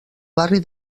barri